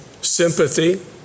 sympathy